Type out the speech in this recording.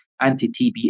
anti-TB